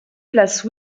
place